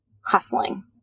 hustling